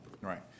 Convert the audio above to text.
right